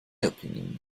opinion